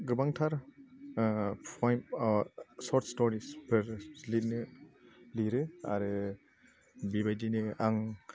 गोबांथार फइम सर्थ स्टरिफोर लिरनो लिरो आरो बेबायदिनो आं